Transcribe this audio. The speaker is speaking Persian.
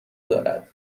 دارد